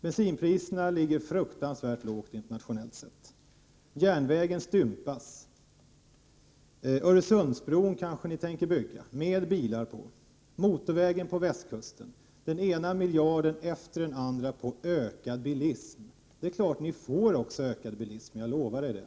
Bensinpriserna ligger internationellt sett fruktansvärt lågt i vårt land. Järnvägen stympas. Öresundsbron kanske ni tänker bygga. Då blir det mer bilism. Motorvägen på västkusten är ett annat exempel. Den ena miljarden efter den andra satsas på ökad bilism. Det är självklart att vi då också får ökad bilism — jag lovar er det.